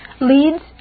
leads